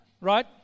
right